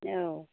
औ